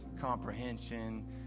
comprehension